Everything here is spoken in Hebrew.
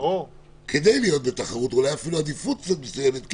אולי אפילו בעדיפות מסוימת,